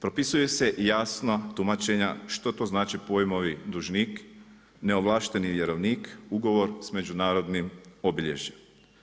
Propisuje se i jasno tumačenja što to znače pojmovi dužnik, neovlašteni vjerovnika, ugovor s međunarodnim obilježjem.